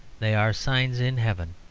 they are signs in heaven.